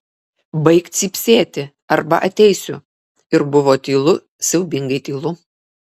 baik cypsėti arba ateisiu ir buvo tylu siaubingai tylu